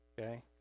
Okay